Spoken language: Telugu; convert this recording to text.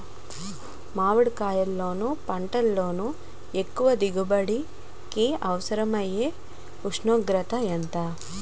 మామిడికాయలును పంటలో ఎక్కువ దిగుబడికి అవసరమైన ఉష్ణోగ్రత ఎంత?